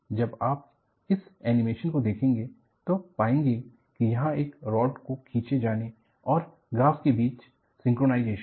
जब आप इस एनिमेशन को देखेंगे तो पाएंगे कि यहां पर रॉड को खींचे जाने और ग्राफ के बीच सिंक्रोनाइजेशन है